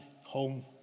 home